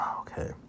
Okay